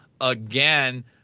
again